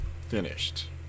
finished